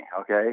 okay